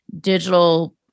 digital